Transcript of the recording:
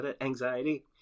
Anxiety